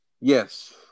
Yes